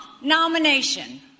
nomination